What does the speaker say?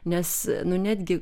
nes nu netgi